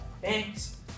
thanks